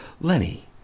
Lenny